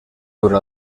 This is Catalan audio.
dura